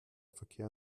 verkehr